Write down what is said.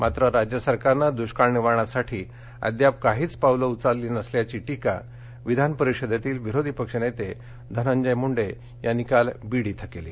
मात्र राज्य सरकारनं दुष्काळ निवारणासाठी अद्याप काहीच पावलं उचलली नसल्याची टीका विधान परिषदेतील विरोधी पक्षनेते धनंजय मुंडे यांनी काल बीड इथ केली